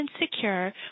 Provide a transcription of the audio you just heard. insecure